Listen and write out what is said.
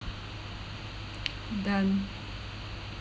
done